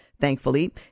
Thankfully